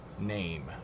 name